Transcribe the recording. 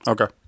Okay